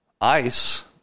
ICE